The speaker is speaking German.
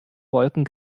wolken